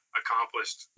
accomplished